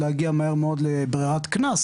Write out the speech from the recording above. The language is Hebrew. להגיע מהר מאוד לברירת מס,